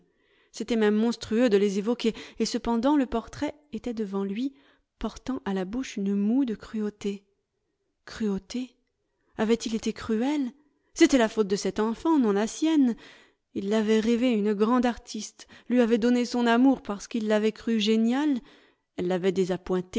c'était même monstrueux de les évoquer et cependant le portrait était devant lui portant à la bouche une moue de cruauté cruauté avait-il été cruel c'était la faute de cette enfant non la sienne il l'avait rêvée une grande artiste lui avait donné son amour parce qu'il l'avait crue géniale